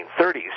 1930s